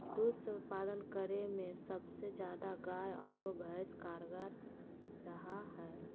दूध के उत्पादन करे में सबसे ज्यादा गाय आरो भैंस कारगार रहा हइ